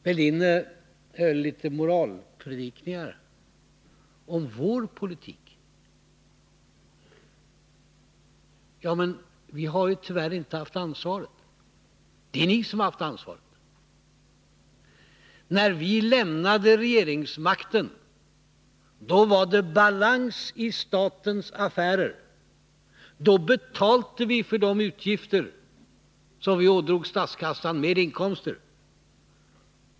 Thorbjörn Fälldin höll en moralpredikan om vår politik. Men vi har tyvärr inte haft ansvaret. Det är ni som har haft ansvaret! När vi lämnade regeringsmakten var det balans i statens affärer. Då betalade vi de utgifter som vi ådrog statskassan med inkomster.